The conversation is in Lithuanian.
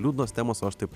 liūdnos temos o aš taip